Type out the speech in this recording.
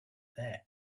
there